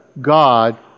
God